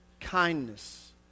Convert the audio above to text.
kindness